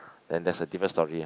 then that's a different story eh